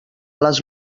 les